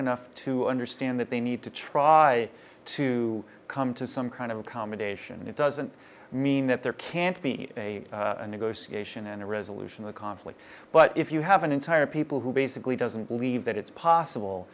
enough to understand that they need to try to come to some kind of accommodation it doesn't mean that there can't be a negotiation and the resolution the conflict but if you have an entire people who basically doesn't believe that it's possible